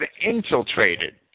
infiltrated